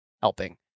helping